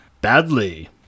Badly